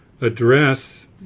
address